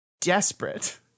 desperate